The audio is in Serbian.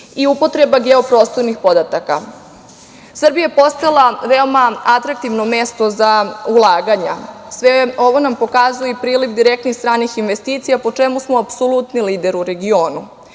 i upotreba geo-prostornih podataka. Srbija je postala veoma atraktivno mesto za ulaganja. Sve ovo nam pokazuje i priliv direktnih stranih investicija, a po čemu smo apsolutni lider u regionu,